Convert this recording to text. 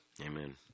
Amen